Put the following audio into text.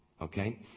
Okay